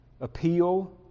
appeal